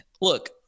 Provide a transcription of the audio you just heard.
look